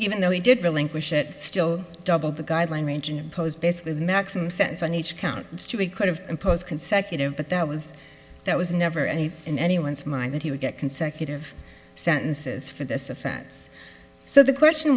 even though he did relinquish it still double the guideline range and impose basically the maximum sentence on each count it's two he could have imposed consecutive but that was that was never any in anyone's mind that he would get consecutive sentences for this offense so the question